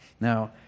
Now